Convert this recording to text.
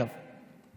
אגב,